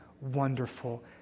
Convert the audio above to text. wonderful